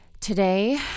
Today